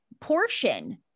portion